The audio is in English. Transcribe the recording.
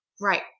Right